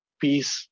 peace